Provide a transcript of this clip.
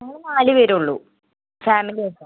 ഞങ്ങള് നാല് പേരെ ഉള്ളു ഫാമിലി ആയിട്ടാണ്